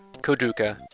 Koduka